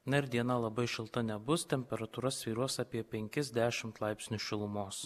na ir diena labai šilta nebus temperatūra svyruos apie penkis dešimt laipsnių šilumos